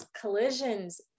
collisions